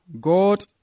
God